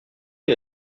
est